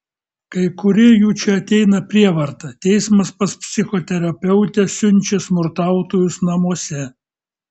kai kurie jų čia ateina prievarta teismas pas psichoterapeutę siunčia smurtautojus namuose